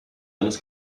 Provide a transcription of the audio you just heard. anos